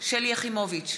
שלי יחימוביץ,